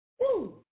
Woo